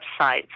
websites